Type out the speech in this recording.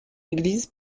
église